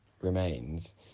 remains